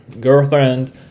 girlfriend